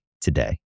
today